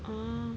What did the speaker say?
orh